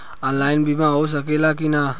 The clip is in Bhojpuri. ऑनलाइन बीमा हो सकेला की ना?